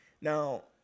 Now